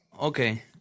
Okay